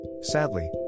Sadly